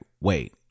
wait